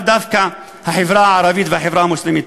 דווקא החברה הערבית והחברה המוסלמית.